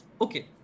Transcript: okay